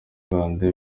rwanda